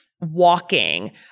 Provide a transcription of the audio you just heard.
walking